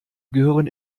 gehören